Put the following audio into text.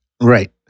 Right